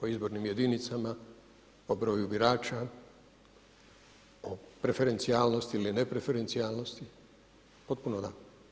O izbornim jedinicama, o broju birača, o preferencijalnosti ili ne preferencijalnosti, potpuno da.